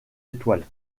étoiles